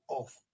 off